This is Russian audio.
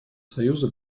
союза